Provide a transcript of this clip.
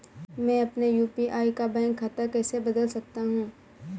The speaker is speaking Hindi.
मैं अपने यू.पी.आई का बैंक खाता कैसे बदल सकता हूँ?